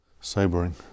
Sobering